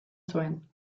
zuen